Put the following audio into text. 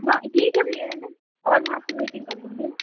हाँ ठीक है भैया है न और मैं आपसे मीटिंग कर लूँगी न